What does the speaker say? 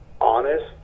honest